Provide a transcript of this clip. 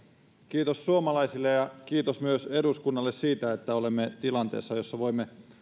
kiitos suomalaisille ja kiitos myös eduskunnalle siitä että olemme tilanteessa jossa voimme